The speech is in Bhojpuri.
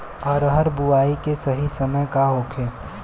अरहर बुआई के सही समय का होखे?